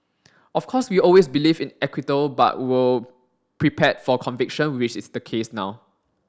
of course we always believed in acquittal but were prepared for conviction which is the case now